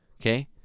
okay